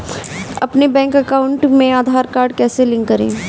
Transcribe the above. अपने bank account में Aadhaar card कैसे लिंक करें?